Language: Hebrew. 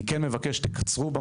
קצרו,